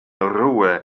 ruhe